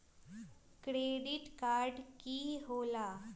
Credit card की होला?